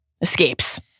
escapes